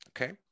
okay